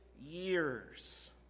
years